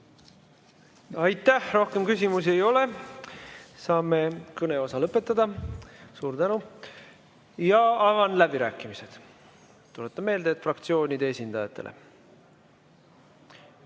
Aitäh! Rohkem küsimusi ei ole. Saame kõneosa lõpetada. Suur tänu! Avan läbirääkimised. Tuletan meelde, et need on fraktsioonide esindajatele.